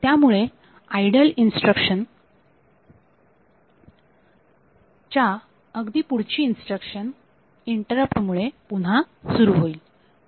त्यामुळे idle instruction च्या अगदी पुढची इन्स्ट्रक्शन इंटरप्ट मुळे पुन्हा सुरू होईल